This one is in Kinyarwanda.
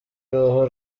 uruhu